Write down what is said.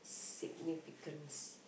significance